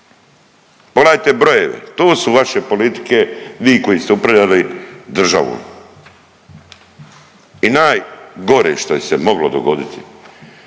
pogledajte brojeve! To su vaše politike vi koji ste upravljali državom. I najgore što se moglo dogoditi,